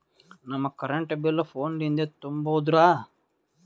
ನಮ್ current bill ಫೋನ ಲಿಂದೇ ತುಂಬೌದ್ರಾ?